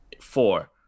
four